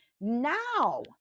now